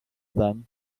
them